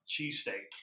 cheesesteak